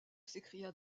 s’écria